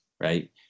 Right